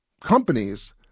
companies